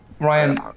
Ryan